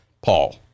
paul